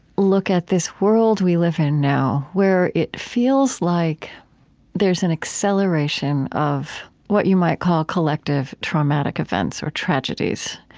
look at this world we live in now where it feels like there's an acceleration of what you might call collective traumatic events or tragedies.